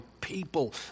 people